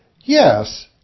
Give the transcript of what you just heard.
Yes